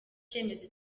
icyemezo